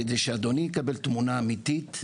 כדי שאדוני יקבל תמונה אמיתית,